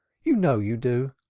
you know you do.